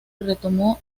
retomó